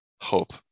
hope